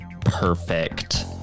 perfect